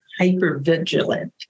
hypervigilant